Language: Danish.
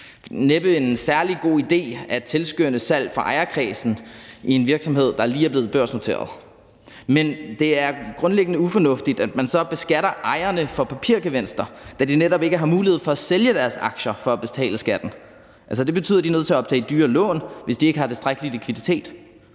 næppe en særlig god idé at tilskynde salg for ejerkredsen i en virksomhed, der lige er blevet børsnoteret. Det er grundlæggende ufornuftigt, at man så beskatter ejerne for papirgevinster, da de netop ikke har mulighed for at sælge deres aktier for at betale skatten. Det betyder, at de er nødt til at optage dyre lån, hvis de ikke har tilstrækkelig likviditet,